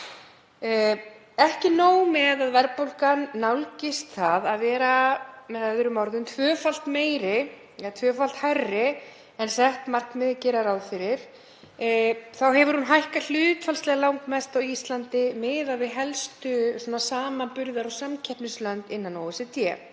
Ekki er nóg með að verðbólgan nálgist það að vera með öðrum orðum tvöfalt meiri eða tvöfalt hærri en sett markmið gera ráð fyrir heldur hefur hún hækkað hlutfallslega langmest á Íslandi miðað við helstu samanburðar- og samkeppnislönd innan OECD.